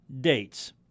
dates